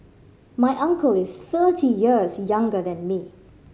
my uncle is thirty years younger than me